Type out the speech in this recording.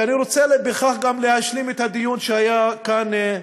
ובכך אני רוצה להשלים את הדיון שהיה כאן,